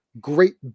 great